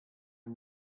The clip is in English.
you